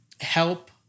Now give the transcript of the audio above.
help